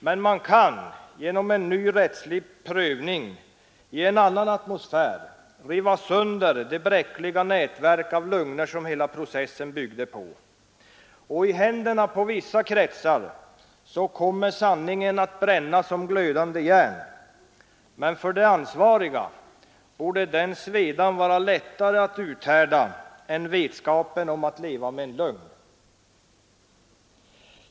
Men man kan genom en ny rättslig prövning i en annan atmosfär riva sönder det bräckliga nätverk av lögner som hela processen byggde på. I händerna på vissa kretsar kommer sanningen att bränna som glödande järn, men för de ansvariga borde den svedan vara lättare att uthärda än vetskapen om att leva med en lögn.